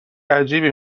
عجیبی